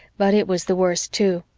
but it was the worst, too.